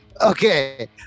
Okay